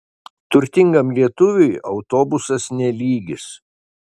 turtingam lietuviui autobusas ne lygis